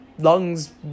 lungs